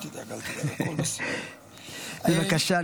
בבקשה.